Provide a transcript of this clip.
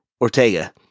Ortega